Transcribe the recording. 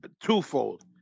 twofold